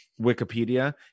Wikipedia